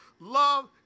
love